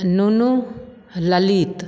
नुनु ललित